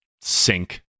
sink